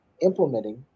implementing